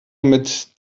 mit